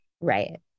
right